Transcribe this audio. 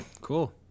Cool